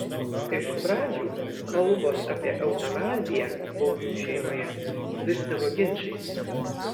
iš pradžių kalbos apie eutanaziją baublių šeimoje virsdavo ginčais